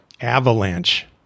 avalanche